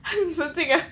神经 ah